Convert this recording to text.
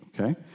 okay